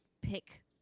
pick